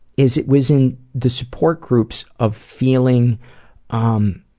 is it was in the support groups of feeling um,